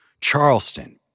Charleston